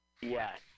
yes